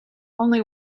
only